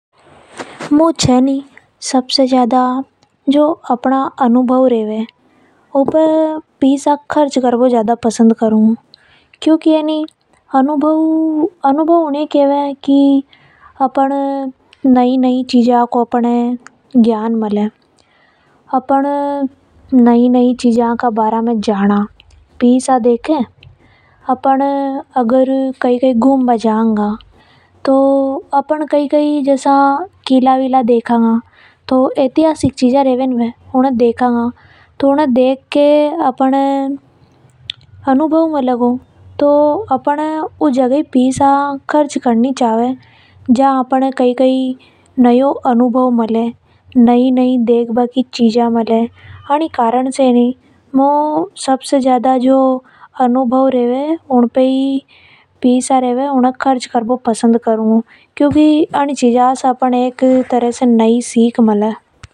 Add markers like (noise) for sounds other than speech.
मु छ नि सबसे ज्यादा अपना अनुभव रेवे नि उन पे सबसे ज्यादा पैसा खर्च कर बो पसंद करूं। क्योंकि अनुभव ऊनी ये ख़ेवे जिसे अपन ने नई नई चीजा को ज्ञान मिले। अपन पीसा देके नई नई चीजा के बारा में जाना। अपन कई कई गुम बा जावा गा तो वहा किला ऐतिहासिक चीजा देखेगा तो उन्हें देख कर अपन ए अनुभव होगो ज्ञान मिले गो। (hesitation) तो अपन ये ऊनी जागे पैसा खर्च करना चाव जहां से नया अनुभव मिले।